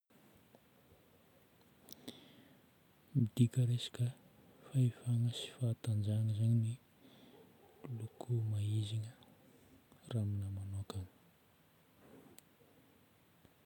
Midika resaka fahefagna sy fahatanjahagna zagny ny loko mahizina raha aminahy manokagna.